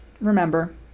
Remember